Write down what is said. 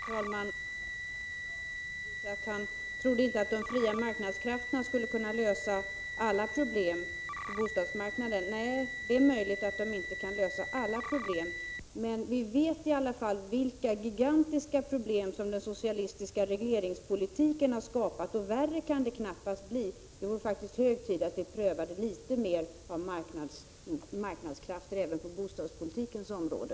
Herr talman! Magnus Persson tror inte att de fria marknadskrafterna kan lösa alla problem på bostadsmarknaden. Nej, det är möjligt att de inte kan lösa alla problem, men vi vet i alla fall vilka gigantiska problem som den socialistiska regleringpolitiken har skapat, och värre kan det knappast bli. Det är faktiskt hög tid att vi prövar litet mer av marknadskrafter även på bostadspolitikens område.